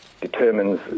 determines